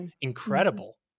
incredible